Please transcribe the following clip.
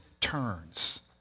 turns